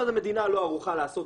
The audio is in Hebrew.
מה הבעיה?